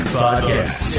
podcast